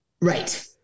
Right